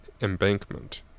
embankment